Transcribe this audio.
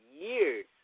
years